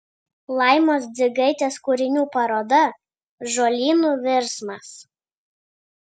laimos dzigaitės kūrinių paroda žolynų virsmas